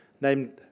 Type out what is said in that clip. named